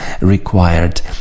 required